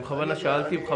אני בכוונה שאלתי.